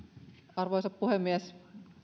arvoisa puhemies